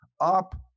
up